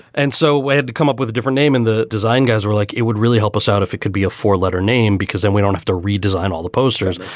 and so we had to come up with a different name. and the design guys were like, it would really help us out if it could be a four letter name, because then we don't have to redesign all the posters.